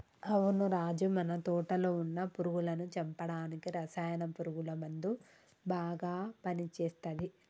అవును రాజు మన తోటలో వున్న పురుగులను చంపడానికి రసాయన పురుగుల మందు బాగా పని చేస్తది